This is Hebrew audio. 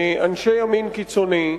אנשי ימין קיצוני,